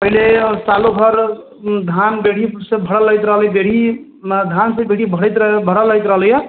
पहिने सालो भरि धान देबहिपरसँ भरि लैत रहलैए बेरहीमे धानके पेटी भरैत भरल रहैत रहलैए